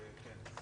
זה נורא מה שקורה.